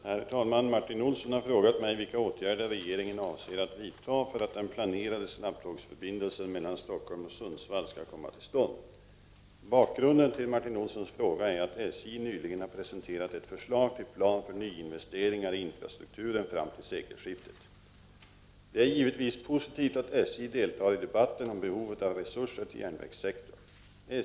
Herr talman! Martin Olsson har frågat mig vilka åtgärder regeringen avser att vidta för att den planerade snabbtågsförbindelsen mellan Stockholm och Sundsvall skall komma till stånd. Bakgrunden till Martin Olssons fråga är att SJ nyligen har presenterat ett förslag till plan för nyinvesteringar i infrastrukturen fram till sekelskiftet. Det är givetvis positivt att SJ deltar i debatten om behovet av resurser till järnvägssektorn.